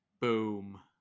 Boom